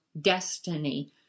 destiny